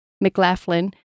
McLaughlin